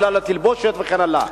בגלל התלבושת וכן הלאה.